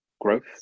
growth